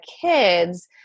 kids